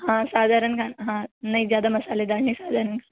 हाँ साधारण खाना हाँ नहीं ज़्यादा मसालेदार नहीं साधारण खाना